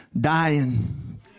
dying